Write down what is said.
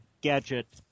Gadget